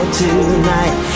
tonight